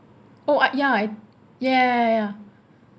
oh I ya I ya ya ya ya ya